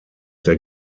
der